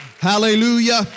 Hallelujah